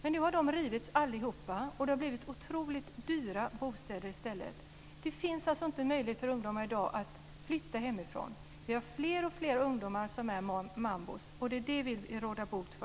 Men allt det har rivits, och det har blivit otroligt dyra bostäder där i stället. Det finns alltså inte möjlighet för ungdomar att flytta hemifrån i dag. Fler och fler ungdomar blir mambor, och det är det vi vill råda bot på.